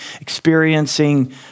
experiencing